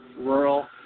rural